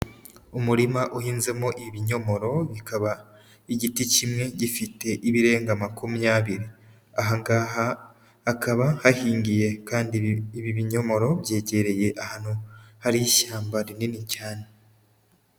Umurima uhinzemo ibinyomoro bikaba igiti kimwe gifite ibirenga makumyabiri, aha ngaha hakaba hahingiye kandi ibi binyomoro byegereye ahantu hari ishyamba rinini cyane.